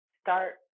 start